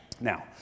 now